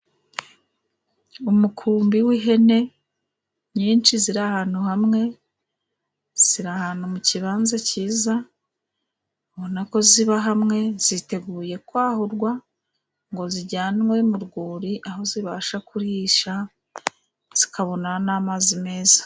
Umukumbi w'ihene nyinshi ziri ahantu hamwe, ziri ahantu mu kibanza cyiza, ubonako ziba hamwe. Ziteguye kwahurwa ngo zijyanwe mu rwuri aho zibasha kurihisha, zikabona n'amazi meza.